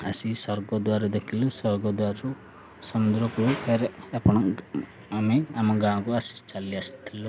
ଆସି ସ୍ୱର୍ଗ ଦ୍ୱାର ଦେଖିଲୁ ସ୍ୱର୍ଗଦ୍ୱରୁ ସମୁଦ୍ରକୂଳେ ଆପଣ ଆମେ ଆମ ଗାଁକୁ ଆସି ଚାଲି ଆସିଥିଲୁ